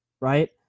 right